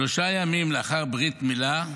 שלושה ימים לאחר ברית מילה,